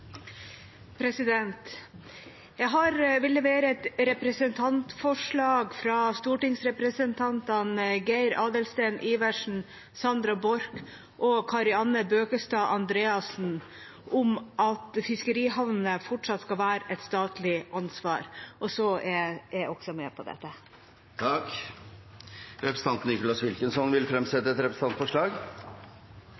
Jeg vil legge fram et representantforslag på vegne av stortingsrepresentantene Geir Adelsten Iversen, Sandra Borch, Kari Anne Bøkestad Andreassen og meg selv om at fiskerihavnene fortsatt skal være et statlig ansvar. Representanten Nicholas Wilkinson vil fremsette et representantforslag. Først vil jeg gratulere alle kvinnene med kvinnedagen. Så vil